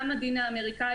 גם האמריקאי,